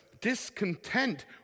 discontent